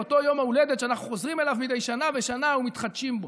באותו יום ההולדת שאנחנו חוזרים אליו מדי שנה בשנה ומתחדשים בו.